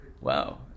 Wow